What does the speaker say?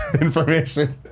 information